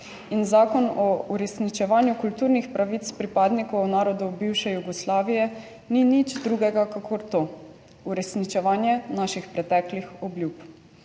Zakon o uresničevanju kulturnih pravic pripadnikov narodov bivše Jugoslavije ni nič drugega kakor to – uresničevanje naših preteklih obljub,